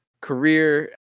career